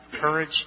courage